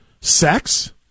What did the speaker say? Sex